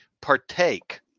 partake